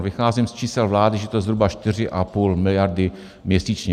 Vycházím z čísel vlády, že to je zhruba 4,5 miliardy měsíčně.